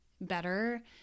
better